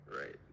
right